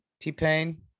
T-Pain